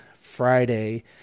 Friday